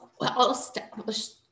well-established